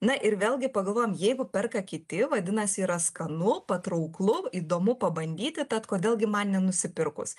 na ir vėlgi pagalvojam jeigu perka kiti vadinasi yra skanu patrauklu įdomu pabandyti tad kodėl gi man nusipirkus